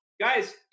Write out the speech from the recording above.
Guys